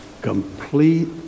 complete